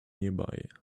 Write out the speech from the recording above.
nearby